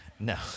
No